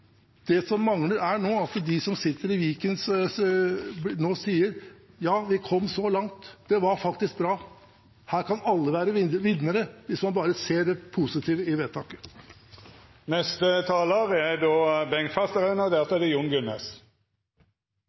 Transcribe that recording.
Det som mangler nå, er at de som sitter i Viken, sier: Ja, vi kom så langt. Det var faktisk bra. Her kan alle være vinnere, hvis man bare ser det positive i vedtaket. Vi konstaterer at flere av de igangsatte prosjektene, som er